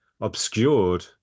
obscured